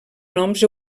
noms